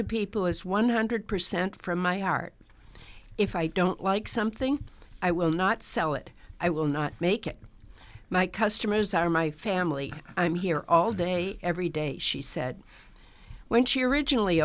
to people is one hundred percent from my heart if i don't like something i will not sell it i will not make it my customers are my family i'm here all day every day she said when she originally